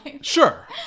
Sure